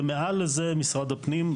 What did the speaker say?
ומעל לזה משרד הפנים.